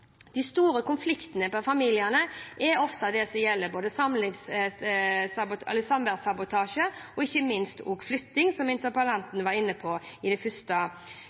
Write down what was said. De store konfliktene for familiene er ofte det som gjelder samværssabotasje og ikke minst flytting, som interpellanten var inne på i det første